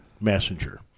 messenger